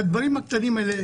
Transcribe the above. הדברים הקטנים האלה.